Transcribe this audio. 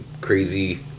crazy